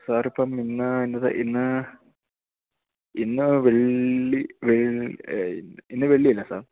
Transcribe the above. സാറിപ്പം ഇന്ന് ഇന്നത്തെ ഇന്ന് ഇന്ന് വെള്ളി ഇന്ന് വെള്ളിയല്ലേ സാർ